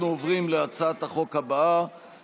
אנחנו עוברים להצעת החוק הבאה,